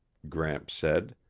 gramps said.